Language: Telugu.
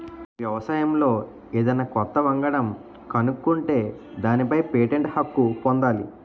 వ్యవసాయంలో ఏదన్నా కొత్త వంగడం కనుక్కుంటే దానిపై పేటెంట్ హక్కు పొందాలి